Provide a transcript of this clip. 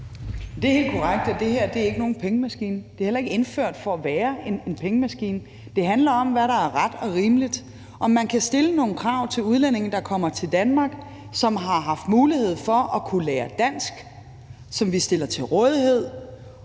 Det er helt korrekt, at det her ikke er nogen pengemaskine. Det er heller ikke indført for at være en pengemaskine. Det handler om, hvad der er ret og rimeligt, og om man kan stille nogle krav til udlændinge, der kommer til Danmark, og som har haft mulighed for at kunne lære dansk via en undervisning, som vi stiller til rådighed,